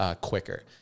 quicker